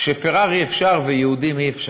שפרארי אפשר ויהודים אי-אפשר.